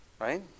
Right